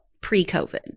pre-covid